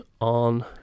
on